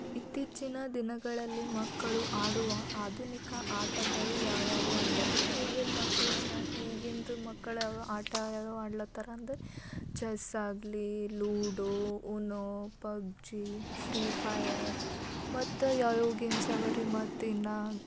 ಇತ್ತೀಚಿನ ದಿನಗಳಲ್ಲಿ ಮಕ್ಕಳು ಆಡುವ ಆಧುನಿಕ ಆಟಗಳು ಯಾವ್ಯಾವು ಅಂದರೆ ಈಗಿನ ಮಕ್ಕಳು ಏನು ಈಗಿಂದು ಮಕ್ಕಳ್ಯಾವ ಆಟ ಯಾವ್ಯಾವ ಆಡ್ಲತ್ತಾರೆಂದರೆ ಚೆಸ್ಸಾಗಲಿ ludo Uno PUBG free fire ಮತ್ತು ಯಾವ್ಯಾವ ಗೇಮ್ಸ್ ಅವರಿ ಮತ್ತಿನ್ನು